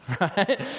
right